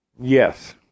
Yes